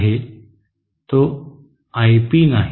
तो I P आहे